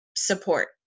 support